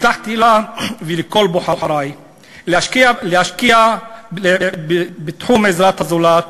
הבטחתי לה ולכל בוחרי להשקיע בתחום העזרה לזולת,